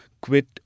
quit